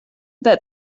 that